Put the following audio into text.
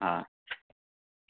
હા